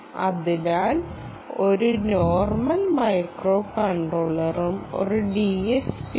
അതിനാൽ ഒരു നോർമൽ മൈക്രോകൺട്രോളറും ഒരു DSPയും